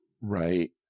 Right